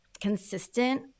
consistent